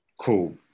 cool